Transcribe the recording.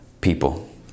people